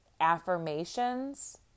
affirmations